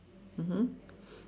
mmhmm